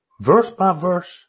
verse-by-verse